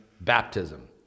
baptism